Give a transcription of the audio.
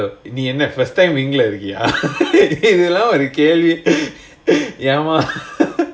hello இது என்ன:idhu enna first time winger ah இருக்கியா இதெல்லாம் ஒரு கேள்வி ஏன்மா:irukkiyaa idhellaam oru kelvi yaenmaa